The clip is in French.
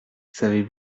savez